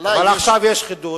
אבל עכשיו יש חידוש.